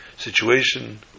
Situation